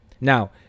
Now